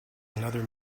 another